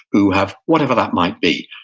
who have, whatever that might be.